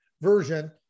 version